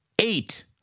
eight